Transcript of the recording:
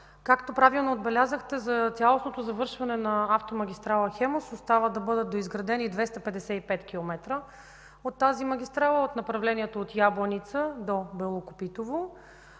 Както правилно отбелязахте, за цялостното завършване на автомагистрала „Хемус” остава да бъдат доизградени 255 км от тази магистрала, от направлението от Ябланица до Белокопитово,